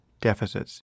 deficits